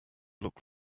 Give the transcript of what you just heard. look